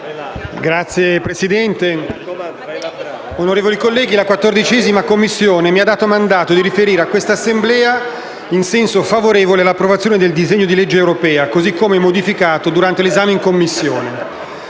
Signor Presidente, onorevoli colleghi, la 14a Commissione mi ha dato mandato di riferire a quest'Assemblea in senso favorevole all'approvazione del disegno di legge europea, così come modificato durante l'esame in Commissione.